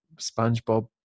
spongebob